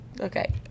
Okay